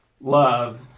love